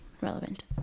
relevant